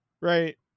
right